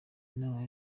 inama